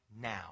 now